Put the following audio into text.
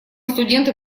студенты